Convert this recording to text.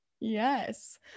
Yes